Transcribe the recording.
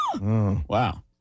Wow